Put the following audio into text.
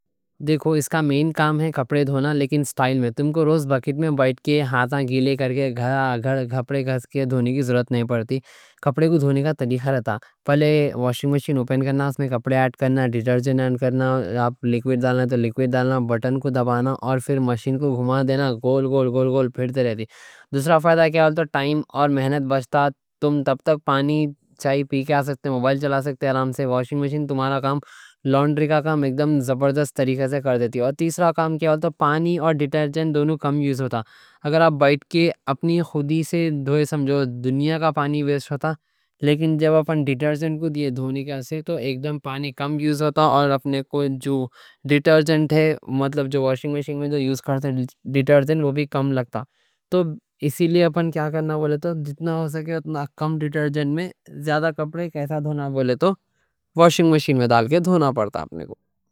دیکھو اس کا مین کام ہے کپڑے دھونا، لیکن اسٹائل میں۔ تم کو روز بکٹ میں بیٹھ کے ہاتھاں گیلے کر کے، گھا گھا کپڑے گھس کے دھونے کی ضرورت نہیں پڑتی۔ کپڑے کو دھونے کا طریقہ رہتا۔ پہلے واشنگ مشین اوپن کرنا، اس میں کپڑے ایڈ کرنا، ڈیٹرجن ایڈ کرنا آپ لیکویڈ ڈالنا تو لیکویڈ ڈالنا، بٹن کو دبانا اور پھر مشین کو گھما دینا، گول گول گول گول پھرتے رہتی۔ دوسرا فائدہ کیا ہوتا، ٹائم اور محنت بچتا۔ تم تب تک پانی، چائے پی کے آ سکتے، موبائل چلا سکتے، آرام سے۔ واشنگ مشین تمہارا کام، لانڈری کا کام، ایک دم زبردست طریقہ سے کر دیتی۔ تیسرا کام کیا ہوتا، پانی اور ڈیٹرجن دونوں کم یوز ہوتا۔ اگر آپ بیٹھ کے اپنی خودی سے دھو، سمجھو دنیا کا پانی ویسٹ ہوتا۔ لیکن جب اپن ڈیٹرجن کو دے کے دھونے کوں، تو ایک دم پانی کم یوز ہوتا، اور اپنے کو جو ڈیٹرجن ہے، مطلب جو واشنگ مشین میں جو یوز کرتے ہیں ڈیٹرجن، وہ بھی کم لگتا۔ تو اسی لیے اپن کیا کرنا بولے تو، جتنا ہو سکے اتنا کم ڈیٹرجن میں زیادہ کپڑے ایسا دھونا بولے تو واشنگ مشین میں ڈال کے دھونا پڑتا اپنے کو۔